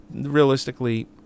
realistically